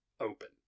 open